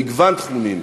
במגוון תחומים,